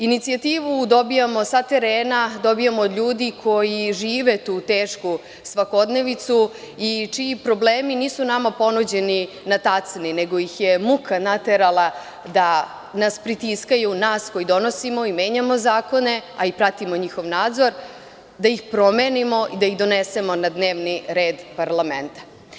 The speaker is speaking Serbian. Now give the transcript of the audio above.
Inicijativu dobijamo sa terena, dobijamo od ljudi koji žive tu tešku svakodnevnicu i čiji problemi nisu nama ponuđeni na tacni, nego ih je muka naterala da nas pritiskaju, nas koji donosimo i menjamo zakone, a i pratimo njihov nadzor, da ih promenimo i da ih donesemo na dnevni red parlamenta.